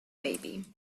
baby